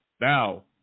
Now